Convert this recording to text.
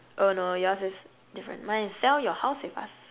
oh no yours is different mine is sell your house with us